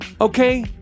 Okay